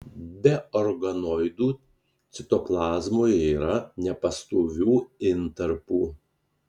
be organoidų citoplazmoje yra nepastovių intarpų